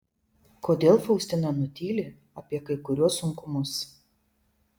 kodėl faustina nutyli apie kai kuriuos sunkumus